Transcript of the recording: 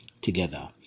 together